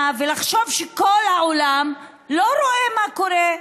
ולחשוב שכל העולם לא רואה מה קורה,